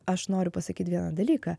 aš noriu pasakyt vieną dalyką